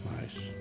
Nice